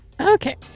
Okay